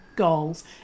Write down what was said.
goals